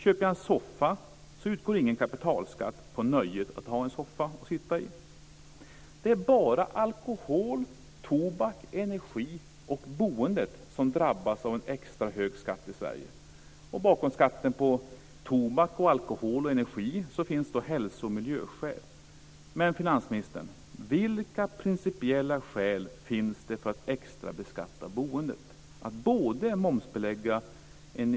Köper jag en soffa utgår ingen kapitalskatt på nöjet att ha en soffa att sitta i. Det är bara alkohol, tobak, energi och boende som drabbas av en extra hög skatt i Sverige. Bakom skatten på tobak, alkohol och energi finns hälso och miljöskäl. Vilka principiella skäl finns det för att extrabeskatta boendet, finansministern?